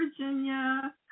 Virginia